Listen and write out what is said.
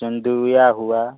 सनडीबिया हुआ